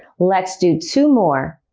let's do two more.